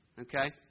okay